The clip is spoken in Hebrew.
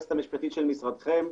היועצת המשפטית של משרדכם.